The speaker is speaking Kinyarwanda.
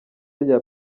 rya